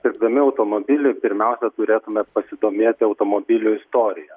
pirkdami automobilį pirmiausia turėtume pasidomėti automobilio istorija